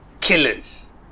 killers